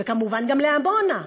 וכמובן גם לעמונה?